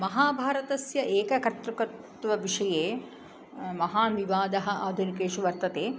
महाभारतस्य एककर्तृकत्वविषये महान् विवादः आधुनिकेषु वर्तते